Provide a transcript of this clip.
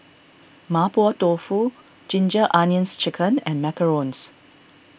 Mapo Tofu Ginger Onions Chicken and Macarons